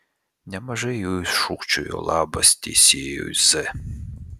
nemažai jų šūkčiojo labas teisėjui z